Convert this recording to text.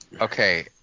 Okay